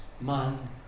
man